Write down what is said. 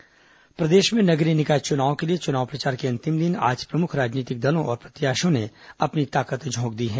चुनाव प्रचार प्रदेश में नगरीय निकाय चुनाव के लिए चुनाव प्रचार के अंतिम दिन आज प्रमुख राजनीतिक दलों और प्रत्याशियों ने अपनी ताकत झोंक दी है